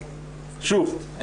שוב,